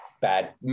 bad